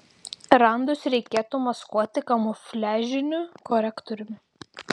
randus reikėtų maskuoti kamufliažiniu korektoriumi